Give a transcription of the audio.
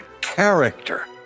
character